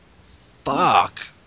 fuck